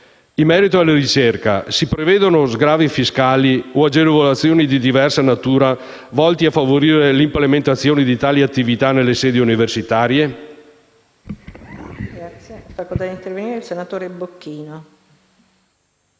In merito alla ricerca, si prevedono sgravi fiscali o agevolazioni di diversa natura, volti a favorire l'implementazione di tali attività nelle sedi universitarie?